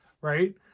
right